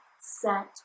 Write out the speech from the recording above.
set